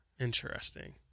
Interesting